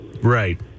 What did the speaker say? Right